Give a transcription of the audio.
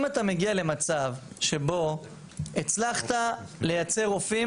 אם אתה מגיע למצב שבו הצלחת לייצר רופאים,